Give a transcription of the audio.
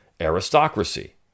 aristocracy